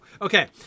Okay